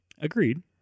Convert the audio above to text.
Agreed